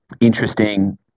interesting